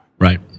Right